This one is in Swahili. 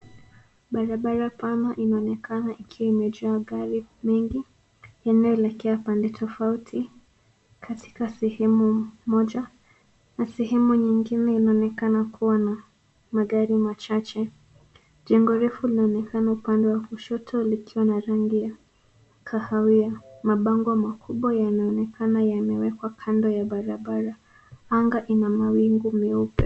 Barabara pana inaonekana ikiwa imejaa gari mengi yanayoelekea pande tofauti katika sehemu moja na sehemu nyingine inaonekana kuwa na magari machache. Jengo refu linaonekana upande wa kushoto likiwa na rangi ya kahawia. Mabango makubwa yanaonekana yamewekwa kando ya barabara. Anga ina mawingu meupe.